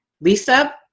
Lisa